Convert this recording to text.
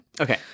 Okay